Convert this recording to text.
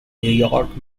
york